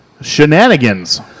Shenanigans